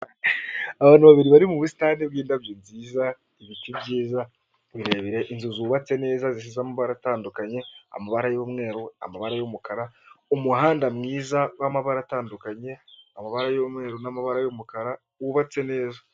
Abantu babiri bari mu busitani bw'indabyo nziza, ibiti byiza birebire inzu zubatse neza zisize amabara atandukanye, amabara y'umweru, amabara y'umukara, umuhanda mwiza w'amabara atandukanye, amabara y'umweru, n'amabara y'umukara wubatse neza.